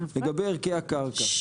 לגבי ערכי הקרקע.